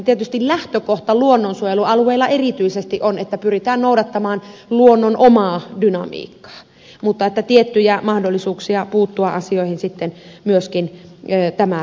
tietysti lähtökohta erityisesti luonnonsuojelualueella on että pyritään noudattamaan luonnon omaa dynamiikkaa mutta tiettyjä mahdollisuuksia myöskin puuttua asioihin tämä lainsäädäntö antaa